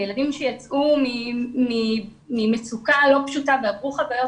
לילדים שיצאו ממצוקה לא פשוטה ועברו חוויות